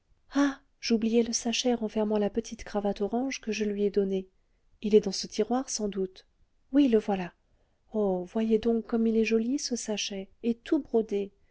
ah j'oubliais le sachet renfermant la petite cravate orange que je lui ai donnée il est dans ce tiroir sans doute oui le voilà oh voyez donc comme il est joli ce sachet et tout brodé